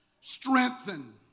strengthen